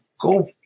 go